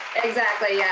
exactly, yeah,